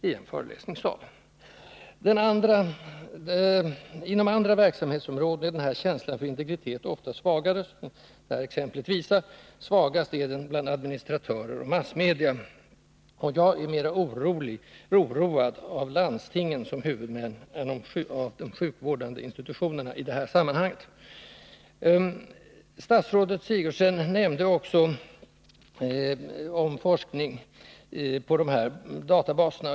Inom andra verksamhetsområden är denna känsla för andra människors integritet oftast svagare, vilket det här exemplet visar. Svagast är den bland administratörer och massmedia, och jag är mer oroad av att det är landstingen som huvudmän än om det skulle ha varit de sjukvårdande institutionerna i det här sammanhanget. Statsrådet Sigurdsen nämnde också forskningen på de här databaserna.